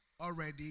already